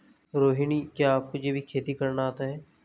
रोहिणी, क्या आपको जैविक खेती करना आता है?